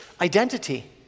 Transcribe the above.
identity